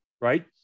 right